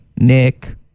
nick